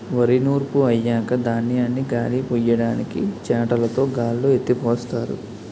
వరి నూర్పు అయ్యాక ధాన్యాన్ని గాలిపొయ్యడానికి చేటలుతో గాల్లో ఎత్తిపోస్తారు